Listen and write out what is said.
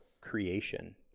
creation